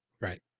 Right